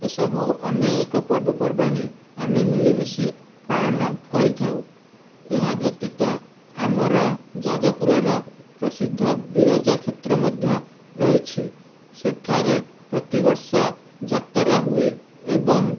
ଏସବୁ ଅନେକ ପର୍ବପର୍ବାଣି ଆମେ ମିଳିମିଶି ପାଳନ କରିଥାଉ ଏହା ବ୍ୟତୀତ ଆମର ଯାଜପୁରର ପ୍ରସିଦ୍ଧ ବିରଜା କ୍ଷେତ୍ର ମଧ୍ୟ ରହିଛି ସେଠାରେ ପ୍ରତିବର୍ଷ ଯାତରା ହୁଏ ଏବଂ